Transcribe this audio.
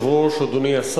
שוויון, שוויון.